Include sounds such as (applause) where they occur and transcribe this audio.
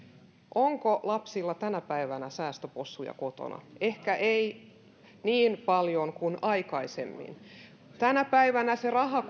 onko lapsilla tänä päivänä säästöpossuja kotona ehkä ei niin paljon kuin aikaisemmin tänä päivänä raha (unintelligible)